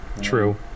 True